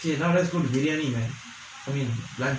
okay now let's go to briyani lunch